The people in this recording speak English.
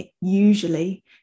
usually